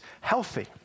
healthy